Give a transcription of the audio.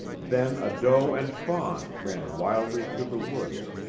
then a doe and fawn ran wildly through the woods,